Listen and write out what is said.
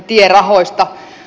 tierahoista